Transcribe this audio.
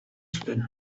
zuten